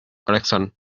correction